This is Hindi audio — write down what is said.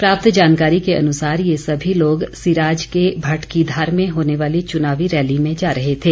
प्राप्त जानकारी के अनुसार ये सभी लोग सिराज के भाटकीधार में होने वाली चुनावी रैली में जा रहे थे